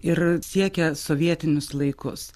ir siekia sovietinius laikus